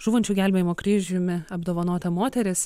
žūvančių gelbėjimo kryžiumi apdovanota moteris